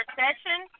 session